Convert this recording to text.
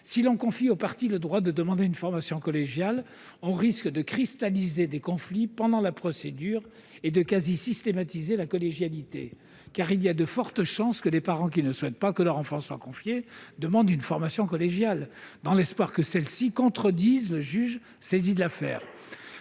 Confier aux parties le droit de demander une formation collégiale risquerait de cristalliser des conflits pendant la procédure et de rendre la collégialité quasi systématique. En effet, il y a de fortes chances que les parents qui ne souhaitent pas que leur enfant soit confié demandent une formation collégiale, dans l'espoir que celle-ci contredise le juge saisi de l'affaire.